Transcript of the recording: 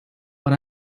but